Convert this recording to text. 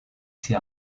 sie